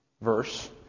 verse